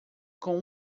com